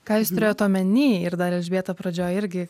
ką jūs turėjot omeny ir dar elžbieta pradžioj irgi